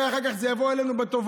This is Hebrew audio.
הרי אחר כך זה יבוא אלינו בתובלה,